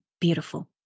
beautiful